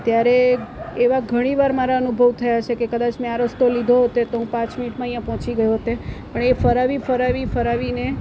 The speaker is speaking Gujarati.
ત્યારે એવા ઘણી વાર મારા એવા અનુભવ થયા છે કે કદાચ મેં આ રસ્તો લીધો હોત તો પાંચ મિનીટમાં અહીંયાં પહોંચી ગઈ હોતે પણ એ ફરાવી ફરાવી ફરાવીને